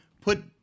put